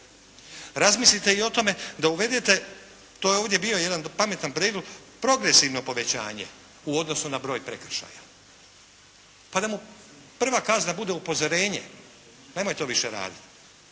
Razmislite i o tome da uvedete, to je ovdje bio jedan pametan prijedlog, progresivno povećanje u odnosu na broj prekršaja, pa da mu prva kazna bude upozorenje, nemoj to više raditi,